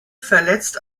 verletzt